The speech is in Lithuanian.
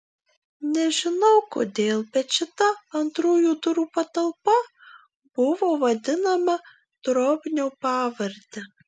nežinau kodėl bet šita antrųjų durų patalpa buvo vadinama drobnio pavarde